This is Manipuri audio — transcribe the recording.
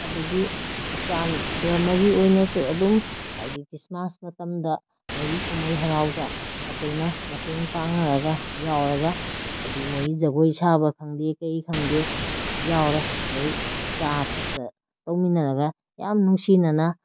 ꯑꯗꯒꯤ ꯈ꯭ꯔꯤꯁꯇꯥꯟ ꯗꯔꯃꯒꯤ ꯑꯣꯏꯅꯁꯨ ꯑꯗꯨꯝ ꯍꯥꯏꯗꯤ ꯈ꯭ꯔꯤꯁꯃꯥꯁ ꯃꯇꯝꯗ ꯃꯣꯏꯒꯤ ꯀꯨꯝꯍꯩ ꯍꯔꯥꯎꯗ ꯑꯩꯈꯣꯏꯅ ꯃꯇꯦꯡ ꯄꯥꯡꯉꯔꯒ ꯌꯥꯎꯔꯒ ꯍꯥꯏꯗꯤ ꯃꯣꯏꯒꯤ ꯖꯒꯣꯏ ꯁꯥꯕ ꯈꯪꯗꯦ ꯀꯔꯤ ꯈꯪꯗꯦ ꯌꯥꯎꯔꯦ ꯑꯗꯒꯤ ꯆꯥ ꯊꯛꯇꯅ ꯇꯧꯃꯤꯟꯅꯔꯒ ꯌꯥꯝ ꯅꯨꯡꯁꯤꯅꯅ